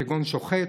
כגון שוחט,